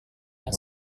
yang